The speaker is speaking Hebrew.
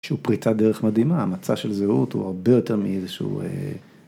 ‫שהיא פריצה דרך מדהימה, ‫המצע של זהות הוא הרבה יותר מאיזשהו...